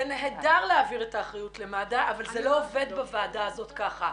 זה נהדר להעביר את האחריות למד"א אבל זה לא עובד בוועדה הזאת כך.